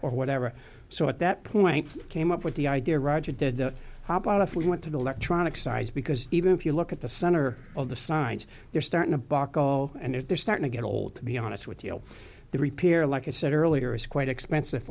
or whatever so at that point came up with the idea roger did the pop out if we went to the electronic size because even if you look at the center of the signs they're starting a bar call and if they're starting to get old to be honest with you the repair like i said earlier is quite expensive